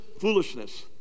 foolishness